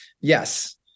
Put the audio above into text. yes